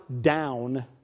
down